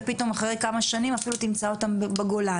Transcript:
ופתאום אחרי כמה שנים אפילו תמצא אותם בגולן.